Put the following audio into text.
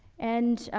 and,